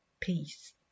peace